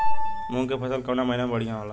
मुँग के फसल कउना महिना में बढ़ियां होला?